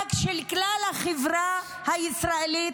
מאבק של כלל החברה הישראלית?